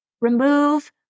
Remove